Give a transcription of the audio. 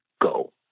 go